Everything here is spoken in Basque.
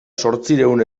zortziehun